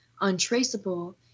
untraceable